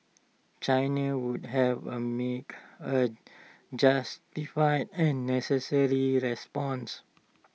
China would have A make A justified and necessary response